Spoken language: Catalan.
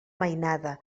mainada